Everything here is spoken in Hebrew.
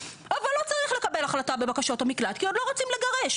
אבל לא צריך לקבל החלטה בבקשות המקלט כי עוד לא רוצים לגרש.